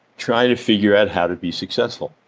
trying to figure out how to be successful.